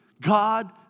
God